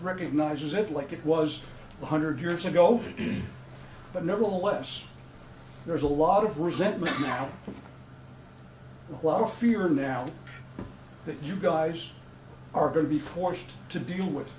recognizes it like it was one hundred years ago but nevertheless there's a lot of resentment now a lot of fear now that you guys are going to be forced to deal with